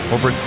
Over